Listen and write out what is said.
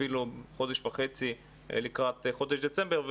אפילו חודש וחצי, לקראת חודש דצמבר.